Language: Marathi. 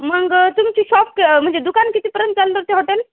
मग तुमची शॉप क म्हणजे दुकान कितीपर्यंत चालणार ते हॉटेल